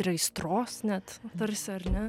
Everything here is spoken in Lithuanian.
ir aistros net tarsi ar ne